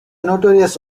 notorious